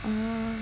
mm